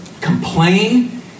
complain